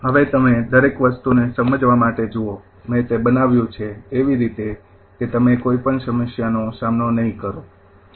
હવે તમે દરેક વસ્તુને સમજવા માટે જુઓ મેં તે બનાવ્યું છે એવી રીતે કે તમે કોઈ પણ સમસ્યાનો સામનો નહીં કરો બરોબર